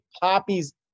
Poppy's